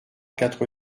quatre